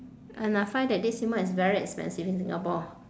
and I find that dead sea mud is very expensive in singapore